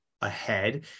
ahead